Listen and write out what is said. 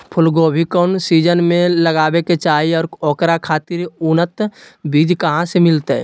फूलगोभी कौन सीजन में लगावे के चाही और ओकरा खातिर उन्नत बिज कहा से मिलते?